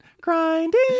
grinding